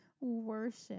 Worship